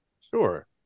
Sure